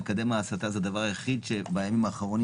מקדם ההסתה זה הדבר היחיד שבימים האחרונים